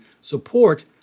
support